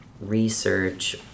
research